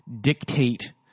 dictate